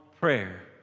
prayer